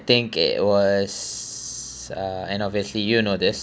think it was uh and obviously you know this